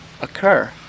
occur